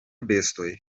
bestoj